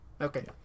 Okay